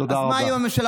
תודה רבה.